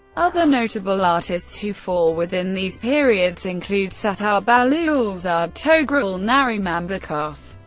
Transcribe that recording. other notable artists who fall within these periods include sattar bahlulzade, togrul narimanbekov,